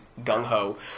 gung-ho